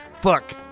Fuck